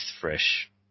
fresh